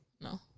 no